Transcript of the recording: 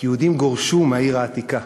כי יהודים גורשו מהעיר העתיקה.